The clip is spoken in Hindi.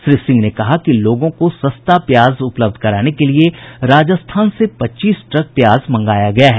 श्री सिंह ने कहा कि लोगों को सस्ता प्याज उपलब्ध कराने के लिए राजस्थान से पच्चीस ट्रक प्याज मंगाया गया है